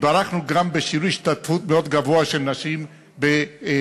והתברכנו גם בשיעור השתתפות מאוד גבוה של נשים בעבודה,